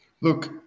Look